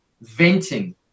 venting